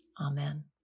Amen